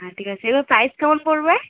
হ্যাঁ ঠিক আছে এগুলোর প্রাই স কেমন পড়বে